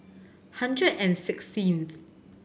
hundred and sixteenth